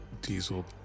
diesel